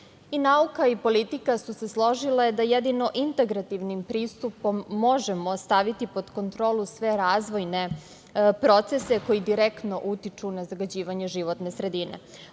I nauka i politika su se složile da jedino integrativnim pristupom možemo staviti pod kontrolu sve razvojne procese koji direktno utiču na zagađenje životne sredine.